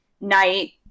night